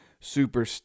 super